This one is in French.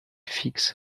fix